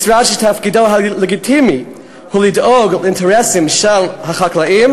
משרד שתפקידו הלגיטימי הוא לדאוג לאינטרסים של החקלאים,